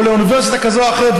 או לאוניברסיטה כזו או אחרת,